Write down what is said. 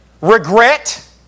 Regret